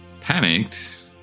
panicked